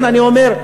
לכן אני אומר: